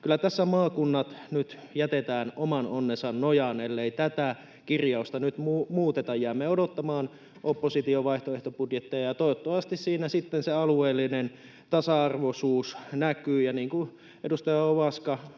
kyllä tässä maakunnat nyt jätetään oman onnensa nojaan, ellei tätä kirjausta nyt muuteta. Jäämme odottamaan opposition vaihtoehtobudjetteja, ja toivottavasti niissä sitten se alueellinen tasa-arvoisuus näkyy,